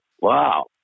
Wow